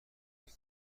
محیط